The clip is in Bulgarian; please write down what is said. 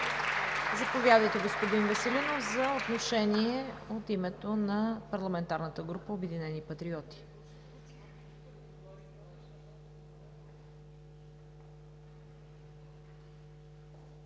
Заповядайте, господин Веселинов, за отношение от името на парламентарната група „Обединени патриоти“.